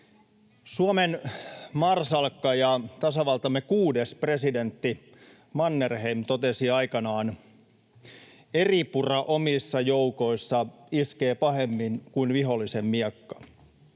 Suomen marsalkka ja tasavaltamme kuudes presidentti Mannerheim totesi aikanaan näin: ”Eripura omissa joukoissa iskee pahemmin kuin vihollisen miekka.”